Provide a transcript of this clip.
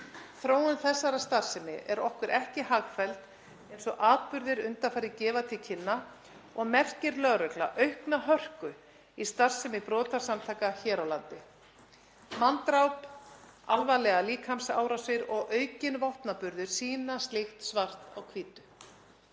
Þróun þessarar starfsemi er okkur ekki hagfelld eins og atburðir undanfarið gefa til kynna og merkir lögregla aukna hörku í starfsemi brotasamtaka hér á landi. Manndráp, alvarlegar líkamsárásir og aukinn vopnaburður sýna slíkt svart á hvítu.